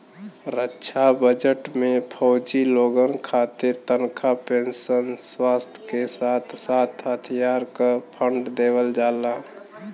रक्षा budget में फौजी लोगन खातिर तनखा पेंशन, स्वास्थ के साथ साथ हथियार क लिए फण्ड देवल जाला